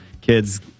kids